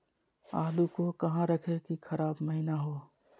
आलू को कहां रखे की खराब महिना हो?